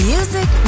Music